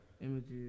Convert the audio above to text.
Images